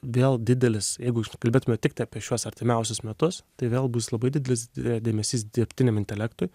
vėl didelis jeigu kalbėtume tiktai apie šiuos artimiausius metus tai vėl bus labai didelis dėmesys dirbtiniam intelektui